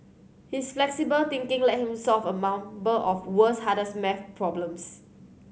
his flexible thinking led him solve a number of world's hardest maths problems